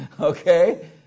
Okay